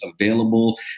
available